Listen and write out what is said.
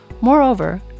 Moreover